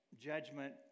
judgment